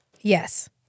Yes